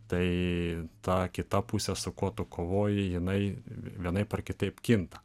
tai ta kita pusė su kuo tu kovoji jinai vienaip ar kitaip kinta